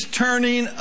turning